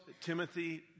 Timothy